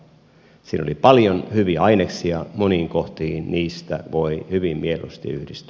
siinä oli paljon hyviä aineksia moniin kohtiin niistä voi hyvin mieluusti yhtyä